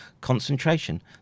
concentration